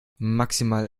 maximal